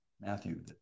Matthew